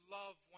love